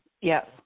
Yes